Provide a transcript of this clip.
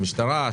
המשטרה,